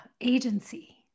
Agency